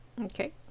Okay